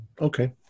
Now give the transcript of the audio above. Okay